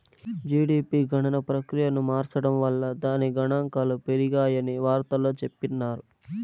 GDP గణన ప్రక్రియను మార్సడం వల్ల దాని గనాంకాలు పెరిగాయని వార్తల్లో చెప్పిన్నారు